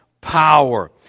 power